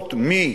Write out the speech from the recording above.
לראות מי,